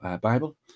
Bible